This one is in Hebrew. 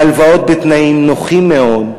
מהלוואות בתנאים נוחים מאוד,